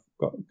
got